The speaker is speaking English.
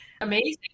Amazing